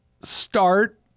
start